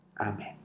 Amen